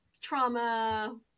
trauma